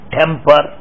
temper